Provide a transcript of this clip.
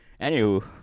Anywho